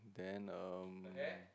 then um